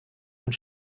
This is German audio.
und